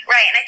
Right